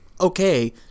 okay